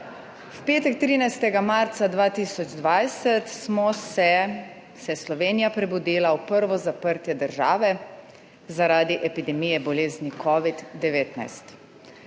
V petek, 13. marca 2020, smo se, se je Slovenija prebudila v prvo zaprtje države zaradi epidemije bolezni COVID-19.